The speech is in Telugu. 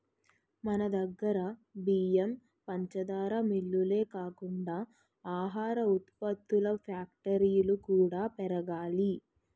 మనదగ్గర బియ్యం, పంచదార మిల్లులే కాకుండా ఆహార ఉత్పత్తుల ఫ్యాక్టరీలు కూడా పెరగాలి